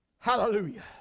Hallelujah